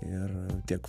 ir tiek